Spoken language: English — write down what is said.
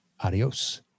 Adios